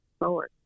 forward